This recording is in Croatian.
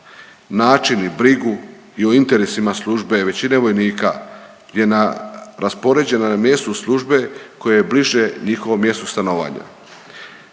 način i brigu i o interesima službe većine vojnika je raspoređena na mjestu službe koje je bliže njihovom mjestu stanovanja.